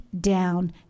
down